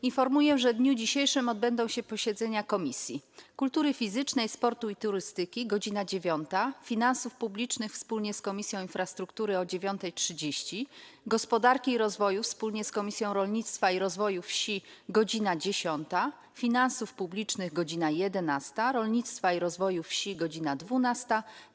Informuję, że w dniu dzisiejszym odbędą się posiedzenia Komisji: - Kultury Fizycznej, Sportu i Turystyki - godz. 9; - Finansów Publicznych wspólnie z Komisją Infrastruktury - godz. 9.30; - Gospodarki i Rozwoju wspólnie z Komisją Rolnictwa i Rozwoju Wsi - godz. 10; - Finansów Publicznych - godz. 11; - Rolnictwa i Rozwoju Wsi - godz. 12;